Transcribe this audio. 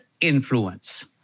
influence